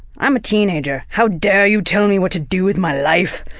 i'm a teenager, how dare you tell me what to do with my life!